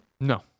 No